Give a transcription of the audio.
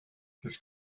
his